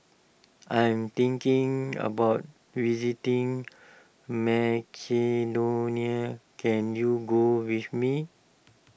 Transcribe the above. I am thinking about visiting Macedonia can you go with me